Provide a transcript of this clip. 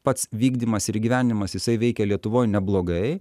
pats vykdymas ir įgyvenimas jisai veikia lietuvoj neblogai